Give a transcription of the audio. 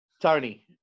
Tony